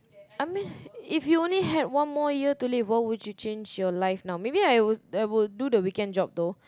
I mean if you only had one more year to live what would you change your life now maybe I would I would do the weekend job though